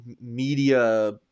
media